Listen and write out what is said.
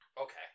Okay